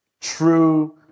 true